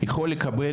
יכול,